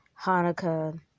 Hanukkah